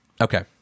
okay